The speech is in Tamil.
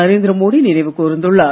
நரேந்திர மோடி நினைவு கூர்ந்துள்ளார்